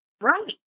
Right